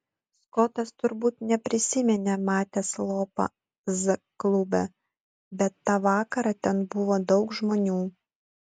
skotas turbūt neprisiminė matęs lopą z klube bet tą vakarą ten buvo daug žmonių